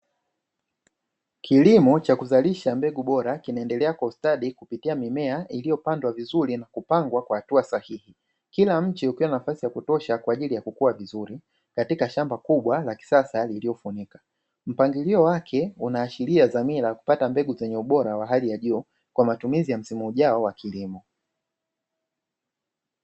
Kilimo cha kuzalisha mbegu bora kinaendelea kwa ustadi kupitia mimea iliyopandwa vizuri na kupangwa kwa hatua sahihi. Kila mche ukiwa na nafasi ya kutosha kwa ajili ya kukua vizuri, katika shamba kubwa la kisasa lililofunika. Mpangilio wake unaashiria dhamira ya kupata mbegu zenye ubora wa hali ya juu, kwa matumizi ya msimu ujao wa kilimo.